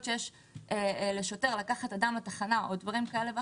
שיש לשוטר לקחת אדם לתחנה או דברים כאלה ואחרים,